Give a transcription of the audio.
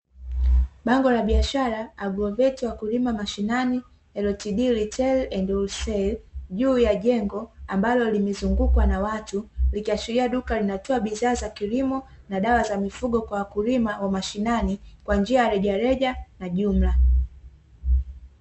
Bango la biashara "AGROVETO WAKULIMA MASHINANI LTD RETAIL & WHOLESALE" juu ya jengo ambalo limezungukwa na watu, likiashiria duka linatoa bidhaa za kilimo na dawa za mifugo kwa wakulima wa mashinani kwa njia ya rejareja na jumla.